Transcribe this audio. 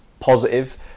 positive